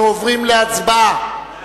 אנחנו עוברים להצבעה על